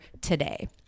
today